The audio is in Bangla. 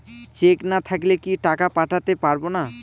চেক না থাকলে কি টাকা পাঠাতে পারবো না?